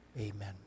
amen